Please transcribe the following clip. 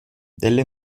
delle